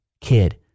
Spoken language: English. kid